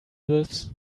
this